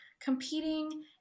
competing